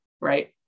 right